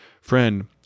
Friend